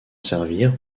servir